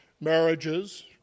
marriages